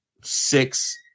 six